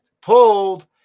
pulled